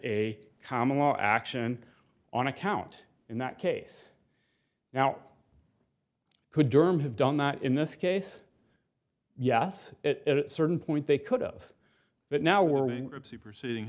a common law action on account in that case now could derm have done that in this case yes at a certain point they could of but now we're going group superseding